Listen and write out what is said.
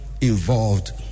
involved